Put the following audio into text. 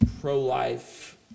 pro-life